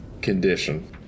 condition